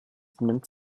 benimmt